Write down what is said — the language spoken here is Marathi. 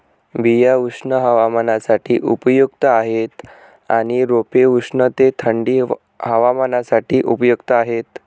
बिया उष्ण हवामानासाठी उपयुक्त आहेत आणि रोपे उष्ण ते थंडी हवामानासाठी उपयुक्त आहेत